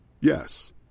Yes